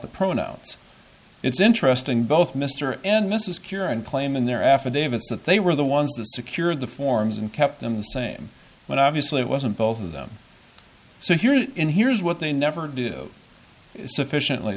the pronouns it's interesting both mr and mrs cure and claim in their affidavits that they were the ones that secured the forms and kept them the same when obviously it wasn't both of them so if you're and here's what they never do sufficiently